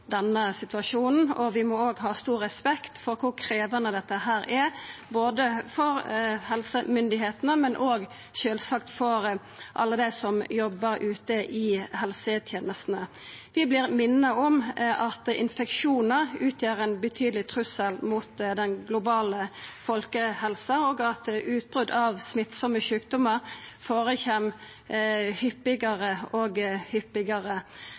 denne situasjonen. Vi må òg ha stor respekt for kor krevjande dette er, både for helsemyndigheitene og sjølvsagt også for alle dei som jobbar ute i helsetenestene. Vi vert minte om at infeksjonar utgjer ein betydeleg trussel mot den globale folkehelsa, og at utbrot av smittsame sjukdomar skjer hyppigare og hyppigare.